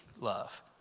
love